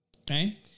Okay